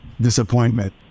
disappointment